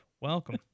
Welcome